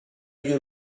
you